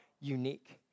unique